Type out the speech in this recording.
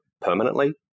permanently